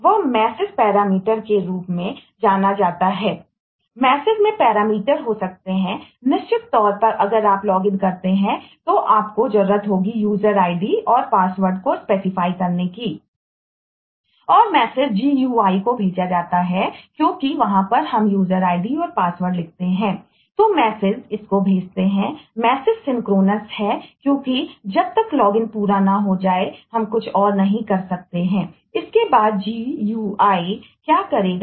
और message GUI को भेजा जाता है क्योंकि वहां हम यूजर आईडी मान्य होगा